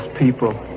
people